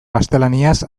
gaztelaniaz